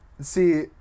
See